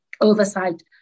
oversight